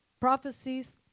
prophecies